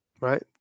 Right